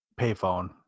payphone